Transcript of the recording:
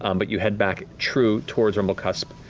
um but you head back true, towards rumblecusp.